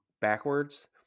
backwards